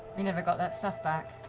never got that stuff back.